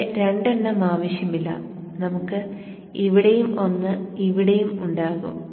ഇവിടെ രണ്ടെണ്ണം ആവശ്യമില്ല നമുക്ക് ഇവിടെയും ഒന്ന് ഇവിടെയും ഉണ്ടാകും